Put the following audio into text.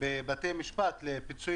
בבתי משפט לפיצוי